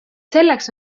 selleks